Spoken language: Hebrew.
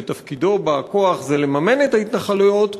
שתפקידו בכוח זה לממן את ההתנחלויות,